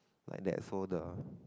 like that so the